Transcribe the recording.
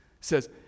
says